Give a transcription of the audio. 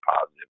positive